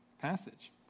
passage